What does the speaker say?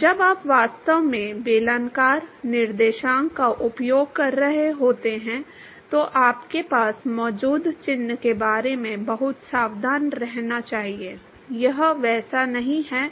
जब आप वास्तव में बेलनाकार निर्देशांक का उपयोग कर रहे होते हैं तो आपके पास मौजूद चिह्न के बारे में बहुत सावधान रहना चाहिए यह वैसा नहीं है